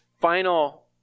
final